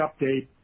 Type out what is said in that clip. update